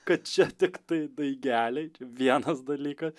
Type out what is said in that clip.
kad čia tiktai daigeliai vienas dalykas